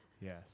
Yes